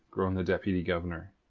groaned the deputy-governor.